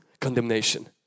condemnation